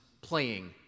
playing